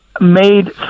made